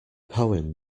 poem